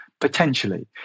potentially